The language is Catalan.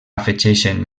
afegeixen